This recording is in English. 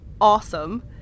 awesome